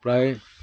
প্ৰায়